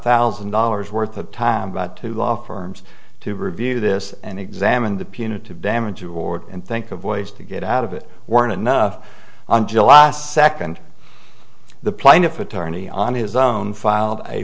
thousand dollars worth of time about two law firms to review this and examine the punitive damage award and think of ways to get out of it weren't enough on july second the plaintiff attorney on his own filed a